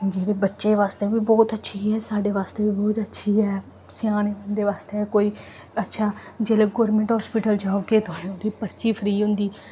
जेह्ड़ी बच्चें बास्तै बी ब्हौत अच्छी ऐ साढ़े बास्तै बी ब्हौत अच्छी ऐ स्याने बंदे बास्तै कोई अच्छा जिल्लै गौरमैंट हास्पिटल जागे तुसें गी ओह्दी पर्ची फ्री होंदी